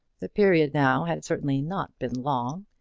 the period now had certainly not been long,